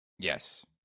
Yes